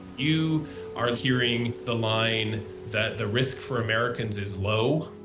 you are hearing the line that the risk for americans is low,